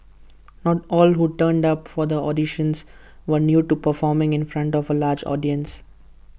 not all who turned up for the auditions were new to performing in front of A large audience